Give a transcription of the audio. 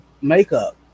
makeup